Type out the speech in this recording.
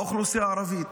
באוכלוסייה הערבית.